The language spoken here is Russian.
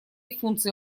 функции